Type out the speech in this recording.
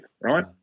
right